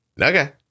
okay